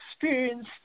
experience